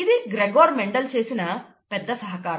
ఇది Gregor Mendel చేసిన పెద్ద సహకారం